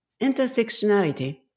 Intersectionality